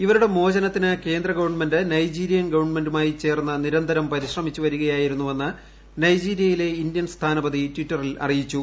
ഇവരുടെ മോചനത്തിന് കേന്ദ്ര ഗവൺമെന്റ് നൈജീരിയൻ ഗവൺമെന്റുമായി ചേർന്ന് നിരന്തരം പരിശ്രമിച്ചു വരികയായിരുന്നുവെന്ന് നൈജീരിയയിലെ ഇന്ത്യൻ സ്ഥാനപതി ട്വിറ്ററിൽ അറിയിച്ചു